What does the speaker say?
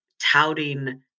touting